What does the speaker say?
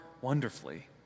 wonderfully